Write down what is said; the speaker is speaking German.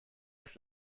als